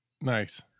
Nice